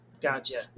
Gotcha